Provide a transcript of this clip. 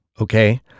Okay